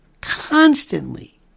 constantly